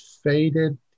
faded